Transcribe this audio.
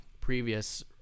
previous